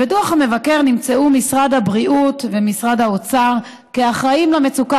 בדוח המבקר נמצאו משרד הבריאות ומשרד האוצר אחראים למצוקה